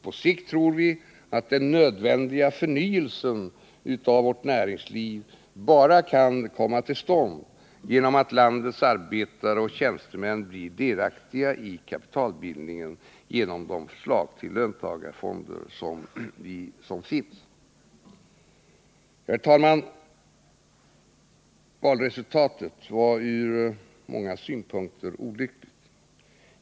På sikt tror vi att den nödvändiga förnyelsen av vårt näringsliv bara kan komma till stånd, om landets arbetare och tjänstemän blir delaktiga i kapitalbildningen genom förverkligandet av förslaget om löntagarfonder. Herr talman! Valresultatet var från många synpunkter olyckligt.